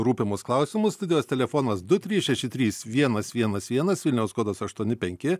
rūpimus klausimus studijos telefonas du trys šeši trys vienas vienas vienas vilniaus kodas aštuoni penki